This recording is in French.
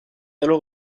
alors